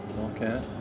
Okay